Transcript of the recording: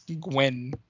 Gwen